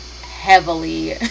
heavily